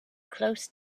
close